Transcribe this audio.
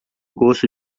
gosto